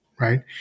right